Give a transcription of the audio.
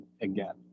again